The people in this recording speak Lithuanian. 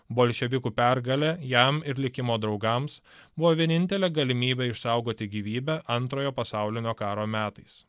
bolševikų pergalė jam ir likimo draugams buvo vienintelė galimybė išsaugoti gyvybę antrojo pasaulinio karo metais